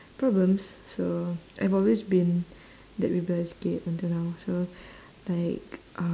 problems so I've always been that rebellious kid until now also like um